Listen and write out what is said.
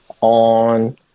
on